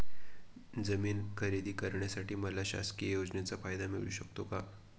जमीन खरेदी करण्यासाठी मला शासकीय योजनेचा फायदा मिळू शकतो का?